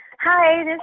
Hi